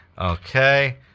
Okay